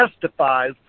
testifies